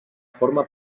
forma